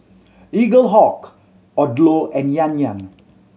Eaglehawk Odlo and Yan Yan